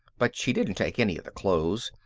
but she didn't take any of the clothes.